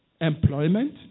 employment